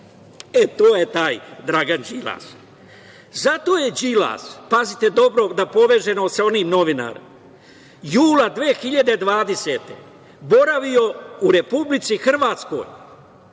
To je taj Dragan Đilas. Zato je Đilas, pazite dobro, da povežemo sa onim novinarem, jula 2020. godine boravio u Republici Hrvatskoj